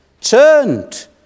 turned